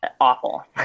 awful